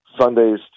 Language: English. Sundays